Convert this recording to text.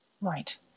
Right